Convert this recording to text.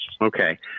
Okay